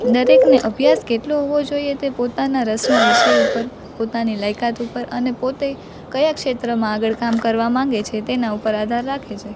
દરેકને અભ્યાસ કેટલો હોવો જોઈએ તે પોતાના રસના વિષય ઉપર પોતાની લાયકાત ઉપર અને પોતે કયા ક્ષેત્રમાં આગળ કામ કરવા માગે છે તેના ઉપર આધાર રાખે છે